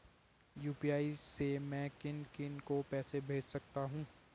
UPI से मैं किन किन को पैसे भेज सकता हूँ?